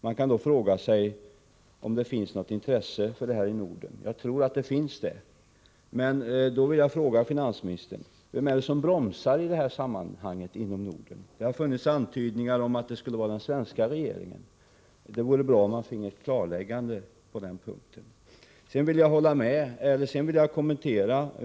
Man kan då fråga sig om det finns något intresse för det här i Norden — i varje fall tror jag att det finns ett sådant intresse. Jag vill fråga finansministern: Vem är det som bromsar när det gäller ett ökat samarbete inom Norden? Det har förekommit antydningar om att det skulle vara den svenska regeringen som bromsar. Det vore bra om man finge ett klarläggande på den punkten. Sedan vill jag kommentera följande synpunkter av finansministern.